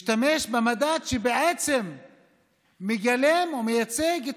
משתמשים במדד שבעצם מגלם ומייצג,